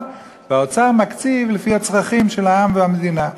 והאוצר מקציב לפי הצרכים של העם והמדינה.